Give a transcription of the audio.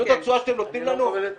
זאת התשואה שאתם נותנים לנו?".